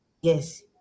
Yes